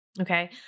Okay